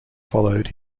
followed